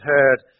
heard